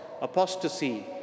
apostasy